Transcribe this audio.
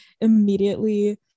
immediately